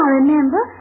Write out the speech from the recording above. remember